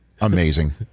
Amazing